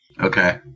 Okay